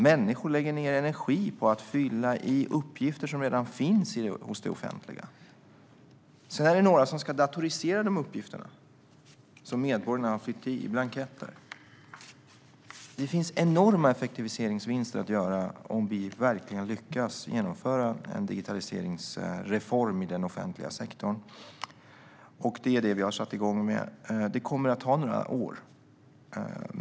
Människor lägger ned energi på att fylla i uppgifter som redan finns hos det offentliga. Sedan är det några som ska datorisera de uppgifter som medborgarna har fyllt i på blanketter. Det finns enorma effektiviseringsvinster att göra om vi verkligen lyckas genomföra en digitaliseringsreform i den offentliga sektorn, och det är detta vi har satt igång. Det kommer att ta några år.